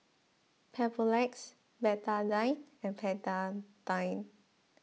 Papulex Betadine and Betadine